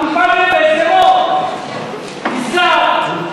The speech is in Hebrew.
המפעל בשדרות נסגר,